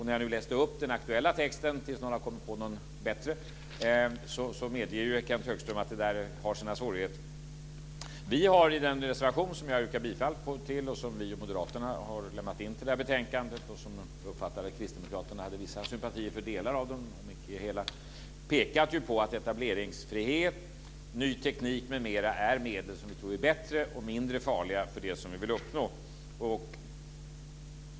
När jag läste upp den text som är aktuell fram till dess att någon kommer på en bättre medgav Kenth Högström att det finns svårigheter. Vi har tillsammans med moderaterna lämnat in en reservation till betänkandet, och jag har uppfattat att kristdemokraterna känner vissa sympatier för delar av om också inte för hela reservationen. Vi har där pekat på att vi tror att medel som etableringsfrihet, ny teknik m.m. är bättre och mindre farliga för det som vi vill uppnå.